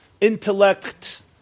intellect